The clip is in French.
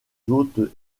hautes